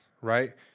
right